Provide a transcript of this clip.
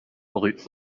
rue